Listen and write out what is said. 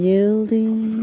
Yielding